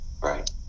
right